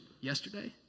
yesterday